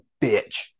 bitch